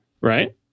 right